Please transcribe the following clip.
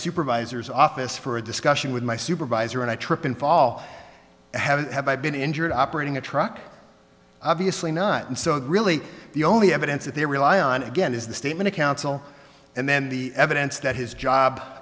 supervisor's office for a discussion with my supervisor and i trip and fall i have been injured operating a truck obviously not and so the really the only evidence that they rely on again is the statement of counsel and then the evidence that his job